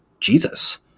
Jesus